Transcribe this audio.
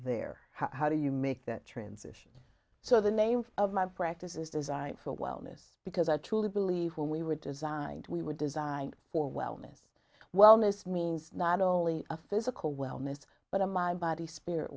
there how do you make that transition so the name of my practice is designed for wellness because i truly believe when we were designed we were designed for wellness wellness means not only a physical wellness but a mind body spirit